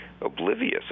oblivious